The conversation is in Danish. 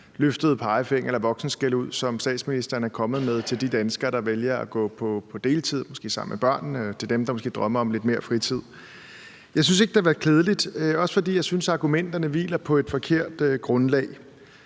løftede pegefinger eller voksenskældud, som statsministeren er kommet med til de danskere, der vælger at gå på deltid, måske sammen med børnene, og til dem, der måske drømmer om lidt mere fritid. Jeg synes ikke, det har været klædeligt, også fordi jeg synes, argumenterne hviler på et forkert grundlag.